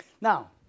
Now